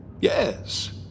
Yes